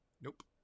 Nope